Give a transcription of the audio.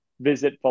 Visit